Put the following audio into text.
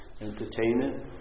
Entertainment